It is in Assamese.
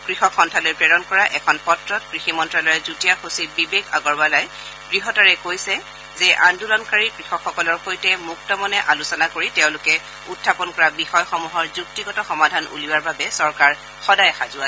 কৃষক সন্থালৈ প্ৰেৰণ কৰা এখন পত্ৰত কৃষি মন্ত্ৰালয়ৰ যুটীয়া সচিব বিবেক আগৰৱালাই দ্য়তাৰে কৈছে যে আন্দোলকাৰী কৃষকসকলৰ সৈতে মুক্তমনে আলোচনা কৰি তেওঁলোকে উখাপন কৰা বিষয়সমূহৰ যুক্তিগত সমাধান উলিওৱাৰ বাবে চৰকাৰ সদায় সাজু